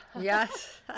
Yes